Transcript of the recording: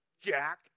Jack